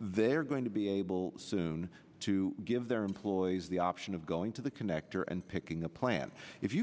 they're going to be able soon to give their employees the option of going to the connector and picking a plan if you